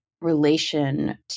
relation